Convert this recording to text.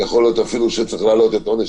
יכול להיות אפילו שצריך להעלות את עונש